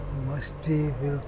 Masti film